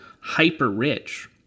hyper-rich